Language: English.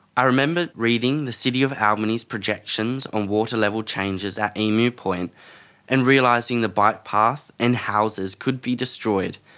i remember reading the city of albany's projections on water level changes at emu point and realising the bike path and houses could be destroyed,